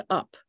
up